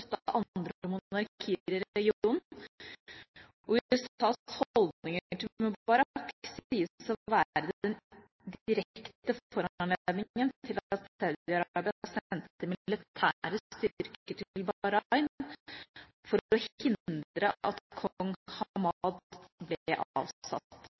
og USAs holdninger til Mubarak sies å være den direkte foranledningen til at Saudi-Arabia sendte militære styrker til Bahrain for å hindre at kong Hamad ble avsatt.